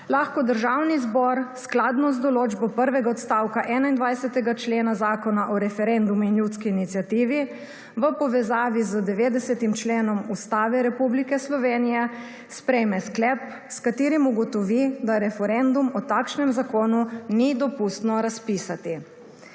lahko Državni zbor skladno z določbo prvega odstavka 21. člena Zakona o referendumu in ljudski iniciativi v povezavi z 90. členom Ustave Republike Slovenije sprejme sklep, s katerim ugotovi, da referendum o takšnem zakonu ni dopustno razpisati.